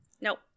Nope